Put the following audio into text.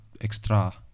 extra